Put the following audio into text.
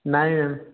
ନାଇଁ ମ୍ୟାମ୍